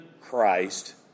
Christ